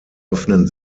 öffnen